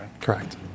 Correct